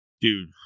dude